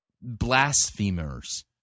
blasphemers